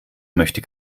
möchte